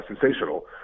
sensational